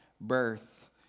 birth